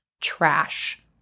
trash